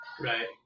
Right